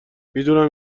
میدونم